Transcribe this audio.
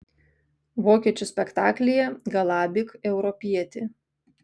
vokiečių spektaklyje galabyk europietį